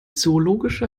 zoologische